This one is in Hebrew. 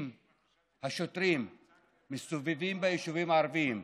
השוטרים מסתובבים ביישובים הערביים,